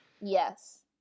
Yes